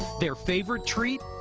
their favorite treat?